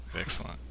Excellent